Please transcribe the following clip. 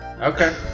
Okay